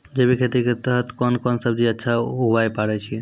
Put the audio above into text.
जैविक खेती के तहत कोंन कोंन सब्जी अच्छा उगावय पारे छिय?